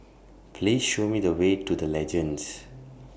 Please Show Me The Way to The Legends